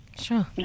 sure